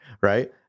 Right